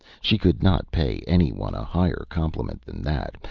she could not pay any one a higher compliment than that,